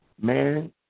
Man